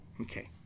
okay